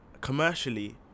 commercially